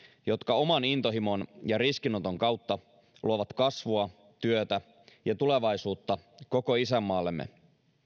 jotka oman intohimon ja riskinoton kautta luovat kasvua työtä ja tulevaisuutta koko isänmaallemme